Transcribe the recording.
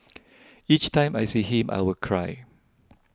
each time I see him I will cry